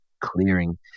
clearing